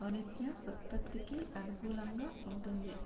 వాణిజ్య ఉత్పత్తికి అనుకూలంగా వుంటుంది